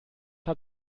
hat